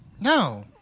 No